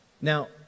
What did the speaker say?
Now